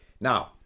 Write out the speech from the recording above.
Now